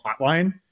hotline